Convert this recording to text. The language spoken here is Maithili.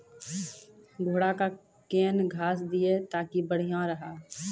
घोड़ा का केन घास दिए ताकि बढ़िया रहा?